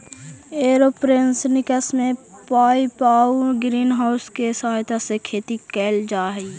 aeroponics में pipe आउ green house के सहायता से खेती कैल जा हइ